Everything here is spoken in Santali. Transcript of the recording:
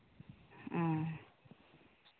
ᱚᱸᱻ